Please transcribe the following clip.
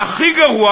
והכי גרוע,